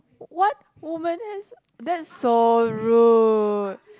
what women has that's so rude